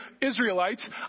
Israelites